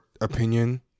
opinion